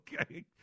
Okay